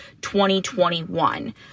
2021